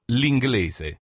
l'inglese